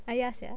ah ya sia